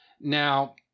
Now